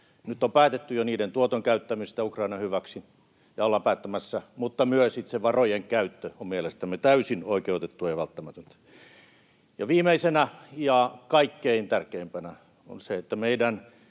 nyt on päätetty jo niiden tuoton käyttämisestä Ukrainan hyväksi, tai ollaan päättämässä, mutta myös itse varojen käyttö on mielestämme täysin oikeutettua ja välttämätöntä. Viimeisenä ja kaikkein tärkeimpänä on se, että meidän,